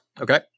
Okay